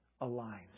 aligned